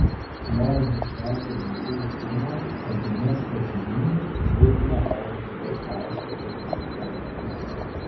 norint išvengti dantų jautrumo ėduonies pažeidimų būtina valgyti daug kalcio turinčių produktų